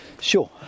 Sure